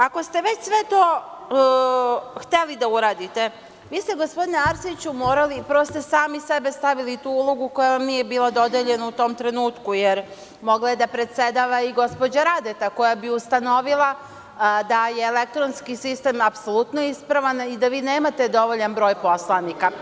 Ako ste već sve to hteli da uradite, vi ste gospodine Arsiću prvo sebe sami stavili u tu ulogu koja vam nije bila dodeljena u tom trenutku, jer mogla je da predsedava i gospođa Radeta koja bi ustanovila da je elektronski sistem apsolutno ispravan i da nemate dovoljan broj poslanika.